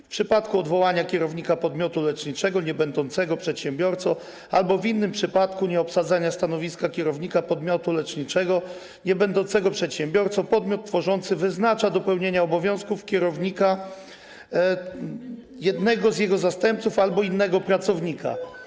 W przypadku odwołania kierownika podmiotu leczniczego niebędącego przedsiębiorcą albo w innym przypadku nieobsadzenia stanowiska kierownika podmiotu leczniczego niebędącego przedsiębiorcą podmiot tworzący wyznacza do pełnienia obowiązków kierownika jednego z jego zastępców albo innego pracownika.